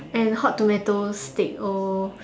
and hot tomato steak oh